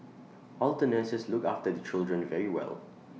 all the nurses look after the children very well